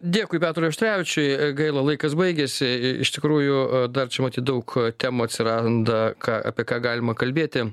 dėkui petrui auštrevičiui gaila laikas baigėsi i iš tikrųjų dar čia matyt daug temų atsiranda ką apie ką galima kalbėti